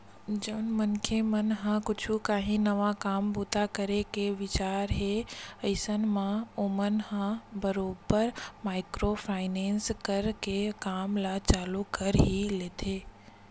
जउन मनखे मन ह कुछ काही नवा काम बूता करे के बिचारत हे अइसन म ओमन ह बरोबर माइक्रो फायनेंस करा के काम ल चालू कर ही लेथे